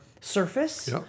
surface